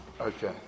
Okay